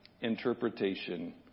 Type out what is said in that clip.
interpretation